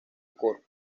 corp